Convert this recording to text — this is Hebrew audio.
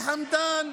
סברי חמדאן,